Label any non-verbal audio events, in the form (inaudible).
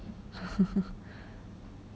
(laughs)